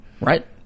Right